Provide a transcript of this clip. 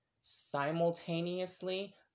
simultaneously